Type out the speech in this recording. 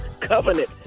covenant